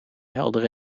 heldere